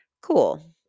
cool